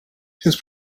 his